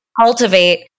cultivate